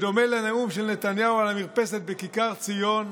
בדומה לנאום של נתניהו על המרפסת בכיכר ציון,